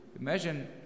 Imagine